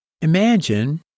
Imagine